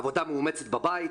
עבודה מאומצת בבית,